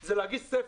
זה להגיש ספר.